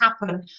happen